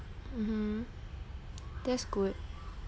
mmhmm that's good